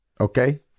okay